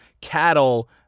cattle